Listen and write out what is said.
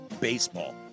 baseball